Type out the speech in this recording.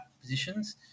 positions